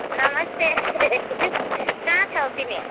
नमस्ते कहाँ छौ तिमी